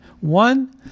One